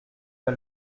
pas